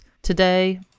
today